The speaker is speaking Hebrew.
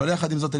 יחד עם זאת,